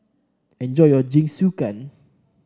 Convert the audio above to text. enjoy your Jingisukan